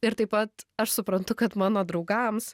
ir taip pat aš suprantu kad mano draugams